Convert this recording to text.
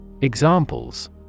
Examples